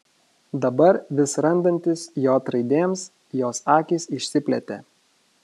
dabar vis randantis j raidėms jos akys išsiplėtė